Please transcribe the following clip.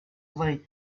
blade